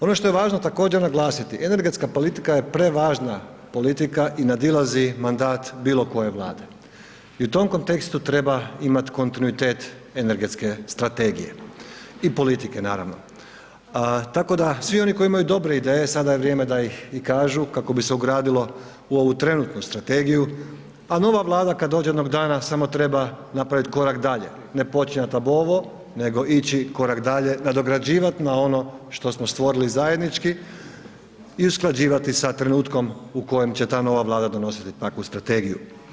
Ono što je važno također naglasiti, energetska politika je prevažna politika i nadilazi mandat bilo koje Vlade i u tom kontekstu treba imat kontinuitet energetske strategije i politike naravno, tako da svi oni koji imaju dobre ideje sada je vrijeme da ih i kažu kako bi se ugradilo u ovu trenutnu strategiju, a nova Vlada kad dođe jednog dana samo treba napravit korak dalje, ne počinjat abovo, nego ići korak dalje, nadograđivat na ono što smo stvorili zajednički i usklađivati sa trenutkom u kojem će ta nova Vlada donositi takvu strategiju.